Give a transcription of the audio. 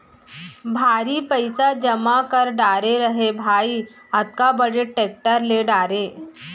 भारी पइसा जमा कर डारे रहें भाई, अतका बड़े टेक्टर ले डारे